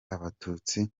abatutsi